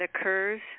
occurs